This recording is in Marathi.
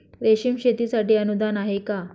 रेशीम शेतीसाठी अनुदान आहे का?